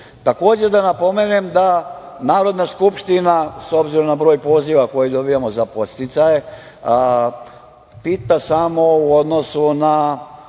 da napomenem da Narodna skupština, s obzirom na broj poziva koje dobijamo za podsticaje, pita samo u odnosu na